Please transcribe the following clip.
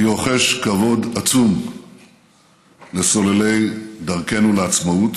אני רוחש כבוד עצום לסוללי דרכנו לעצמאות.